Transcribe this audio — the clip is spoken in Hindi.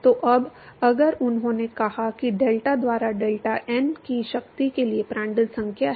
तो अब अगर उन्होंने कहा कि डेल्टा द्वारा डेल्टा n की शक्ति के लिए प्रांडल संख्या है